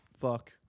Fuck